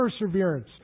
perseverance